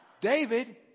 David